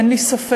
אין לי ספק